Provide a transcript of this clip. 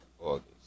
August